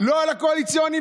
לא לקואליציוניים,